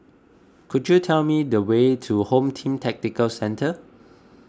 could you tell me the way to Home Team Tactical Centre